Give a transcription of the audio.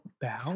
Bow